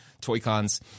Toy-Cons